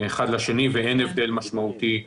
אחד לשני ואין הבדל משמעותי.